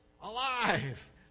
alive